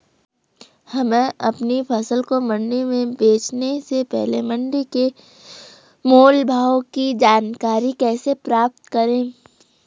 हमें अपनी फसल को मंडी में बेचने से पहले मंडी के मोल भाव की जानकारी कैसे पता करें?